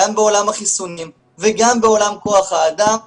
גם בעולם החיסונים וגם בעולם כוח האדם והבינוי,